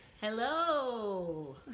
Hello